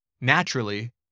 naturally